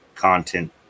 content